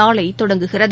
நாளைதொடங்குகிறது